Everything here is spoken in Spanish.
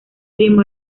primo